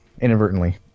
Inadvertently